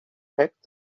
packed